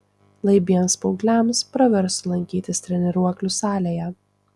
laibiems paaugliams praverstų lankytis treniruoklių salėje